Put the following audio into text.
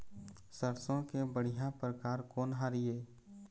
सरसों के बढ़िया परकार कोन हर ये?